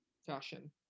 fashion